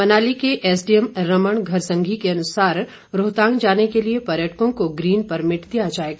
मनाली के एसडीएम रमण घरसंगी के अनुसार रोहतांग जाने के लिये पर्यटकों को ग्रीन परमिट दिया जाएगा